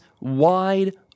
wide